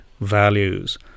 values